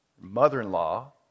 mother-in-law